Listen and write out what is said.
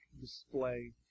display